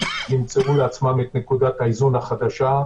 ימצאו לעצמם את נקודת האיזון החדשה,